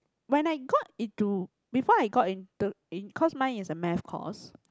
when I got into before I got into the cause mine is a maths course